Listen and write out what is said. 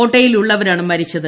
ഓട്ടോയിലുള്ളവരാണു മരിച്ചത്